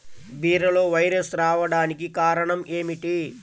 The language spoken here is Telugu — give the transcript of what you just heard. బీరలో వైరస్ రావడానికి కారణం ఏమిటి?